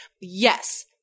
yes –